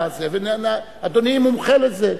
אדוני מומחה לזה.